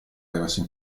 privacy